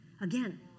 Again